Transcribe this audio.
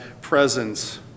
presence